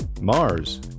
Mars